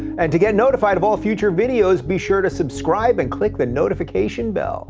and to get notified of all future videos, be sure to subscribe and click the notification bell.